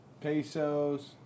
pesos